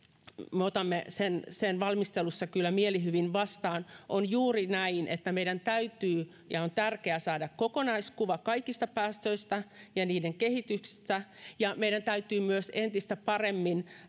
me otamme valmistelussa kyllä mielihyvin vastaan on juuri näin että meidän täytyy ja on tärkeää saada kokonaiskuva kaikista päästöistä ja niiden kehityksestä meidän täytyy myös entistä paremmin